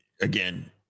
again